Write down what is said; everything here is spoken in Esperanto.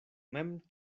mem